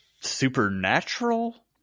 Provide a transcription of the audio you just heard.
supernatural